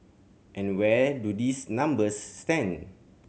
and where do these numbers stand